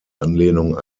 anlehnung